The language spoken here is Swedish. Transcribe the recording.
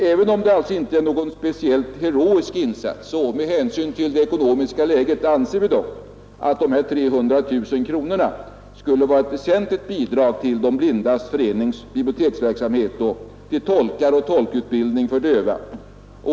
Även om det alltså inte är någon speciellt heroisk insats vi gör, anser vi med hänsyn till det ekonomiska läget att de här 300 000 kronorna skulle vara ett väsentligt bidrag till De blindas förenings biblioteksverksamhet och till tolkar och tolkutbildning för döva.